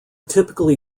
typically